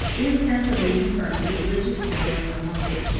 insensibly confirmed the religious temper of her mind.